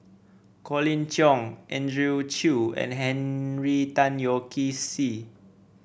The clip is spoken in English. Colin Cheong Andrew Chew and Henry Tan Yoke See